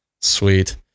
Sweet